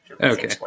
Okay